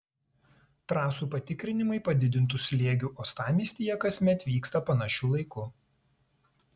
trasų patikrinimai padidintu slėgiu uostamiestyje kasmet vyksta panašiu laiku